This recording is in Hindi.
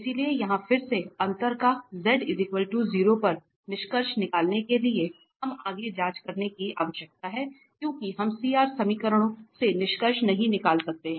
इसलिए यहां फिर से अंतर का z 0 पर निष्कर्ष निकालने के लिए हमें आगे जांच करने की आवश्यकता है क्योंकि हम CR समीकरणों से निष्कर्ष नहीं निकाल सकते हैं